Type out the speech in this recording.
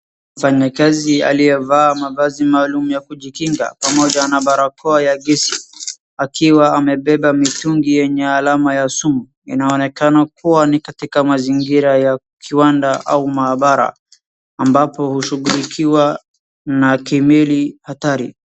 Mfanyakazi aliyevaa mavazi maalum ya kujikinga, pamoja na barakoa ya gesi, akiwa amebeba mitungi yenye alama ya sumu, inaonekano kuwa ni katika mazingira ya kiwanda au maabara, amabapo hushughulikiwa na kemikali hatari.